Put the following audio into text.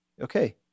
okay